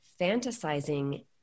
Fantasizing